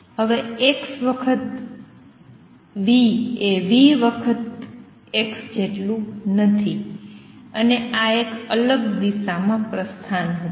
હવે x વખત v એ v વખત x જેટલું નથી અને આ એક અલગ દિશામાં પ્રસ્થાન હતું